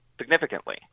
significantly